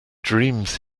dreams